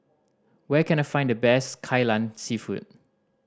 where can I find the best Kai Lan Seafood